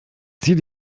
zieh